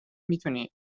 میتونی